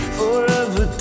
forever